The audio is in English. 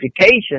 Education